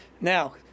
Now